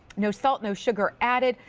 no salt, no sugar added.